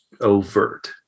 overt